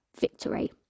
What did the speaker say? victory